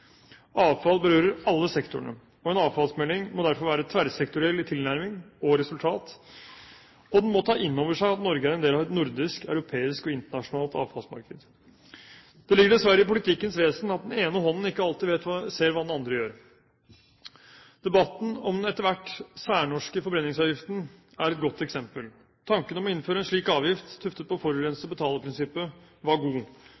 Avfall berører alle sektorene, og en avfallsmelding må derfor være tverrsektoriell i tilnærming og resultat, og den må ta inn over seg at Norge er en del av et nordisk, europeisk og internasjonalt avfallsmarked. Det ligger dessverre i politikkens vesen at den ene hånden ikke alltid vet hva den andre gjør. Debatten om den etter hvert særnorske forbrenningsavgiften er et godt eksempel. Tanken om å innføre en slik avgift tuftet på forurenser-betaler-prinsippet var god,